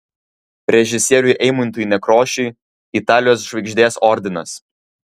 režisieriui eimuntui nekrošiui italijos žvaigždės ordinas